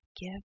give